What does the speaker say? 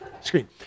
screen